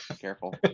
careful